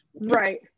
Right